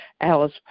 Alice